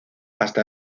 hasta